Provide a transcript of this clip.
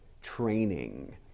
training